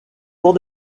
cours